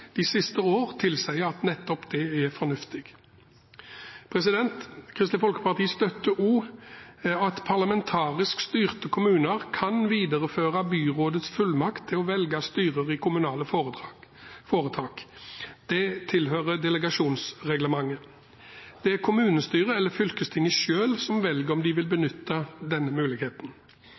de siste årene tilsier at nettopp det er fornuftig. Kristelig Folkeparti støtter også at parlamentarisk styrte kommuner kan videreføre byrådets fullmakt til å velge styrer i kommunale foretak. Det tilhører delegasjonsreglementet. Det er kommunestyret eller fylkestinget selv som velger om de vil benytte denne muligheten.